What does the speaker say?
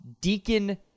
Deacon